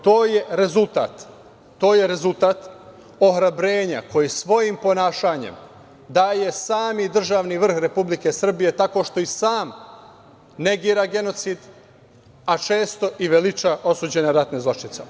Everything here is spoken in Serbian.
To je rezultat ohrabrenja koji svojim ponašanjem daje sam državni vrh Republike Srbije, tako što i sam negira genocid, a često i veliča osuđene ratne zločince.